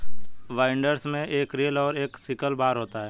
binders में एक reel और एक सिकल बार होता है